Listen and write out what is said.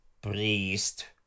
priest